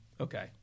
Okay